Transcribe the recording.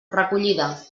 recollida